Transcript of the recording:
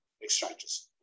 exchanges